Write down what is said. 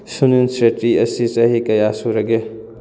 ꯁꯨꯅꯤꯜ ꯁꯦꯇ꯭ꯔꯤ ꯑꯁꯤ ꯆꯍꯤ ꯀꯌꯥ ꯁꯨꯔꯒꯦ